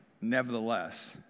nevertheless